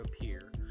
appear